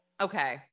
okay